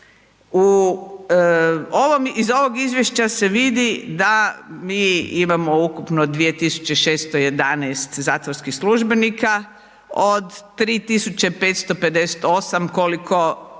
Iz ovog izvješća se vidi da mi imamo ukupno 2611 zatvorskih službenika, od 3558 koliko